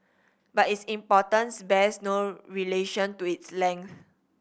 but its importance bears no relation to its length